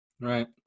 right